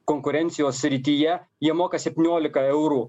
konkurencijos srityje jie moka septyniolika eurų